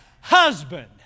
husband